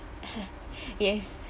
yes